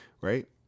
right